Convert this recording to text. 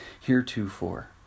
heretofore